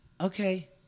Okay